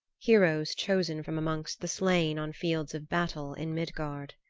heroes chosen from amongst the slain on fields of battle in midgard.